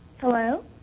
Hello